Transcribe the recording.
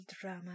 drama